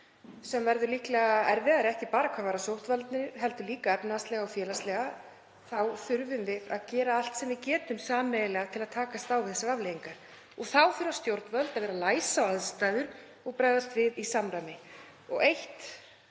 sem verður líklega erfiður, ekki bara hvað varðar sóttvarnir heldur líka efnahagslega og félagslega, þurfum við að gera allt sem við getum sameiginlega til að takast á við afleiðingarnar. Þá þurfa stjórnvöld að vera læs á aðstæður og bregðast við í samræmi. Eitt